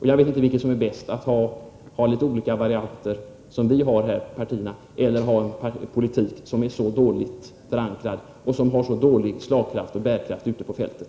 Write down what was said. Jag vet inte vad som är bäst: att ha litet olika varianter som vi har, eller att ha en politik som är dåligt förankrad eller har så dålig slagkraft och bärkraft ute på fältet.